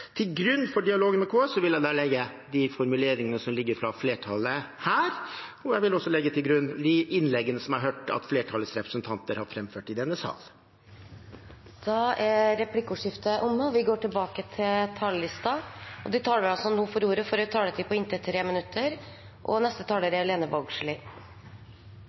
Til grunn for dialogen med KS vil jeg legge de formuleringene som ligger fra flertallet her. Jeg vil også legge til grunn de innleggene som jeg har hørt at flertallets representanter har framført i denne sal. Replikkordskiftet er omme. De talere som heretter får ordet, har en taletid på inntil 3 minutter. Saksordføraren seier at partia har ulik verkelegheitsforståing. Ja, det har me innimellom. Det må me vere ærlege om. Men det er